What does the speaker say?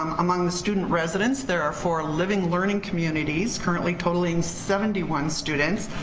um among the student residents, there are four living learning communities, currently totaling seventy one students.